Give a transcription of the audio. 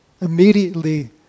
Immediately